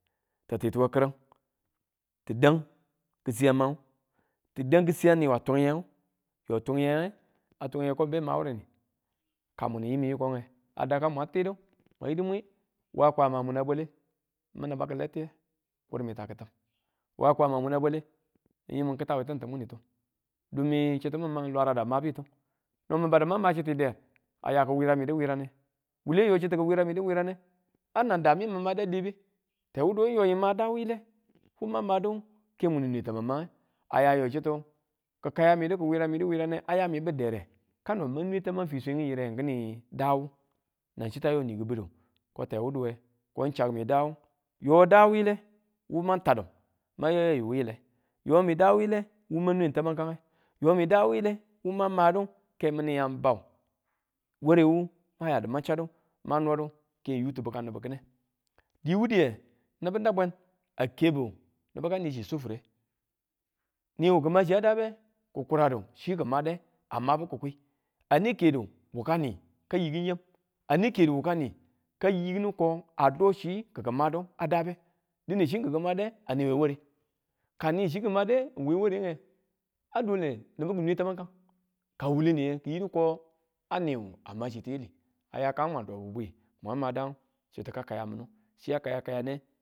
Ti tituwe kiring, tidang, ki siyang wangu tidang kisiyang niwa tugiye, yo tugiyege a tugiye ko n be ma wureni kamun n yim yikoge a dakan mwang tidu mwang yidu mwi waa kwama muna bwali nmin naba kiletiye kur mita kitim, waa kwama muna bwale n yim n kita we tin timumitu dumi chitu min lwarada a mabitu no min badu mang ma chitu der a ya ki wiramidu wirane, wule yo chitu ki wuramidu wirane a nang daa mi n mada lebe tewuduwe yoyi n ma da wuyile, wu mang madu ke mun nwe tamang mange aya yo chuttu, ki̱ kayamidu ki̱ wuramidu wurani aya mi bu der, kamo ma nwe tamang kini daa wu nang chitta wo ni kibudu ko tewuduwe ko chak mi daa yo daa wile wu mwan tadu ma ya yayu wile yo mi daa wile wu man nweng tamankange, yo mi daa wile ke mini yang bau, warewu mayau mang chadu man nodu keng yutubukang, nibu kine diwu duye nibu nebweng a kebu nibu kachi sufure niyu maka chiya dabe kikuradu chi kimade a mabu kikwi ane kedu ane kedu chi nibu ki fwade ane kedu wukani kayi kininko a do chi ki̱ kimadi a daabe dine chikiki made ane ware kani chi ki made we warenge a dole nibu ki nwe tamankan ka wuleniye kayidi ko a niwu ama chi tiyili aya kang mwan dobu bwi kang ma dang chittu ka kayaminu chiya kaya ne.